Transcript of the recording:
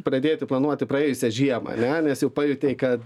pradėti planuoti praėjusią žiemą ane nes jau pajautei kad